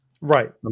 right